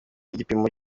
igipimo